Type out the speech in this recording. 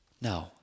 No